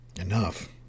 enough